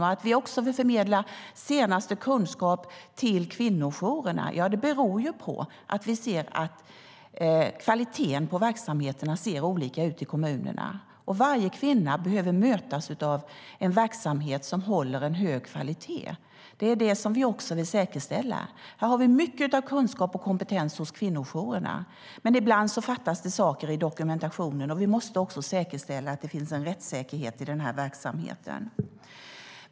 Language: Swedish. Vi har också förmedlat senaste kunskapen till kvinnojourerna. Det beror på att vi ser att kvaliteten på verksamheterna ser olika ut i kommunerna. Varje kvinna behöver mötas av en verksamhet som håller en hög kvalitet. Det vill vi säkerställa. Här har vi mycket av kunskap och kompetens hos kvinnojourerna. Men ibland fattas det saker i dokumentationen. Vi måste säkerställa att det finns en rättssäkerhet i verksamheten.